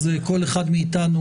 זה בסדר וכל אחד מאתנו,